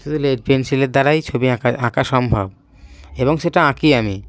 শুধু লেড পেন্সিলের দ্বারাই ছবি আঁকা আঁকা সম্ভব এবং সেটা আঁকি আমি